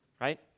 Right